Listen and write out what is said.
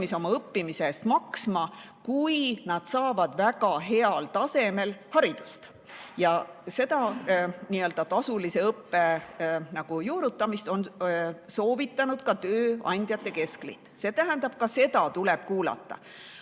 oma õppimise eest maksma, kui nad saavad väga heal tasemel haridust. Seda nii-öelda tasulise õppe juurutamist on soovitanud ka tööandjate keskliit. See tähendab, et ka seda tuleb kuulata.